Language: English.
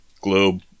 globe